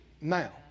now